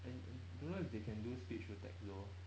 and don't know if they can do speech to text though